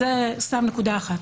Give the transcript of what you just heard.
זו נקודה אחת.